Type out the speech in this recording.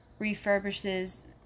refurbishes